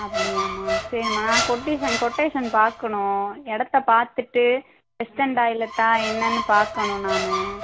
அப்படியாம்மா சரிம்மா நான் கொட்டேஷன் கொட்டேஷன் பார்க்கணும் இடத்தப் பார்த்துட்டு வெஸ்டன் டாய்லெட்டா என்னென்னு பார்க்கணும் நான்